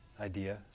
idea